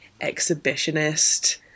exhibitionist